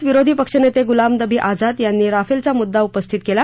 राज्यसभेत विरोधी पक्षनेते गुलाब नबी आझाद यांनी राफेलचा मुद्दा उपस्थित केला